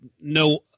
no